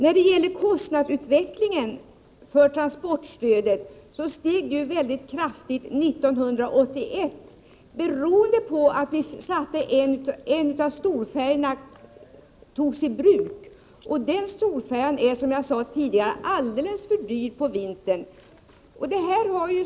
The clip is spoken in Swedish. Transportstödets kostnadsutveckling steg mycket kraftigt 1981 beroende på att en av storfärjorna då togs i bruk. Den storfärjan är, som jag sade tidigare, alldeles för dyr på vintern.